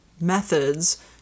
methods